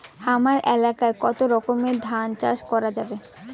হামার এলাকায় কতো রকমের ধান চাষ করা যাবে?